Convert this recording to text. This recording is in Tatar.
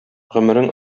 гомерең